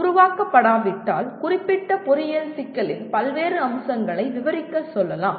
உருவாக்கப்படாவிட்டால் குறிப்பிட்ட பொறியியல் சிக்கலின் பல்வேறு அம்சங்களை விவரிக்க சொல்லலாம்